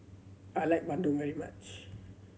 I like bandung very much